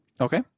Okay